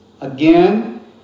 again